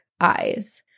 eyes